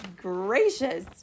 gracious